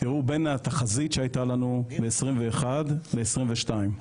תראו בין התחזית שהייתה לנו ב-2021 לבין 2022,